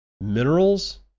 minerals